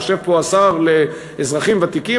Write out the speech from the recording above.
יושב פה השר לאזרחים ותיקים.